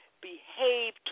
behave